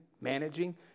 managing